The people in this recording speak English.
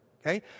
Okay